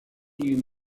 you